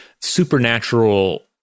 supernatural